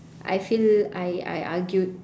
I feel I I argued